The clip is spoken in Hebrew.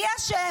מי אשם?